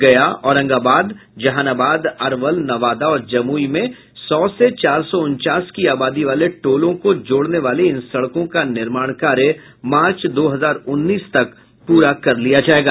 गया औरंगाबाद जहानाबाद अरवल नवादा और जमुई में सौ से चार सौ उनचास की आबादी वाले टोलों को जोड़ने वाली इन सड़कों का निर्माण कार्य मार्च दो हजार उन्नीस तक पूरा कर लिया जायेगा